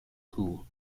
cool